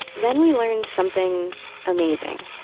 then we learned something amazing.